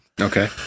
Okay